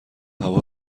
هوا